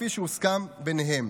כפי שהוסכם ביניהם.